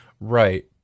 Right